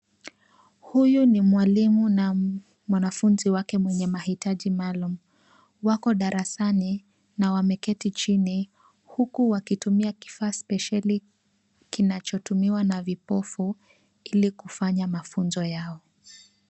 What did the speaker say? Huyu ni mwalimu na mwanafunzi wake mwenye mahitaji maalumu. Wako darasani na wameketi chini, huku wakitumia kifaa spesheli kinachotumiwa na vipofu, ili kufanya mafunzo yao.